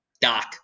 doc